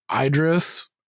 Idris